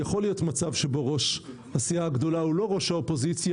יכול להיות מצב שבו ראש הסיעה הגדולה הוא לא ראש האופוזיציה,